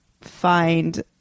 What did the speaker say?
find